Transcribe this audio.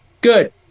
Good